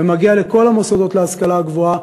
ומגיע לכל המוסדות להשכלה הגבוהה,